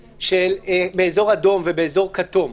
באזור אדום ובאזור כתום,